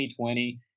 2020